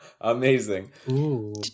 Amazing